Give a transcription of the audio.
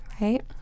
right